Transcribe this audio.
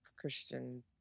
Christian